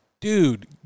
Dude